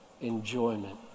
enjoyment